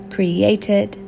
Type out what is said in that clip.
Created